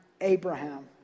Abraham